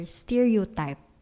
stereotype